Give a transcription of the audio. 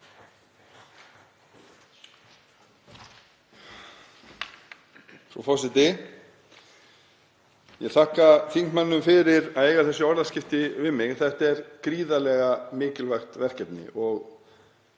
Frú forseti. Ég vil þakka þingmanninum fyrir að eiga þessi orðaskipti við mig. Þetta er gríðarlega mikilvægt verkefni og